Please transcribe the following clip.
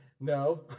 No